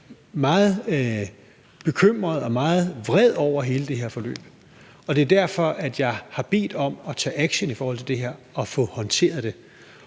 meget bekymret og meget vred over hele det her forløb. Det er derfor, at jeg har bedt om, at der bliver taget action i forhold til det her, så vi får håndteret det.